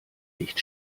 nicht